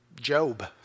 Job